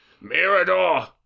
Mirador